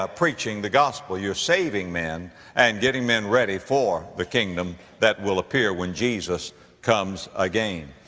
ah preaching the gospel. you're saving men and getting men ready for the kingdom that will appear when jesus comes again.